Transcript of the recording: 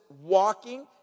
walking